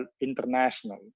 International